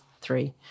three